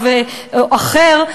או רב אחר,